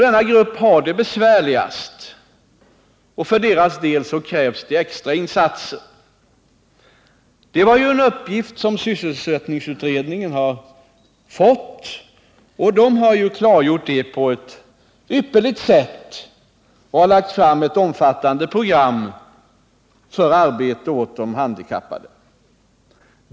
Denna grupp har det besvärligast, och för deras del krävs extra insatser. Uppgiften att titta på dessa insatser har sysselsättningsutredningen fått. De har klargjort problemen på ett ypperligt sätt och har lagt fram ett omfattande program för arbete åt de handikappade.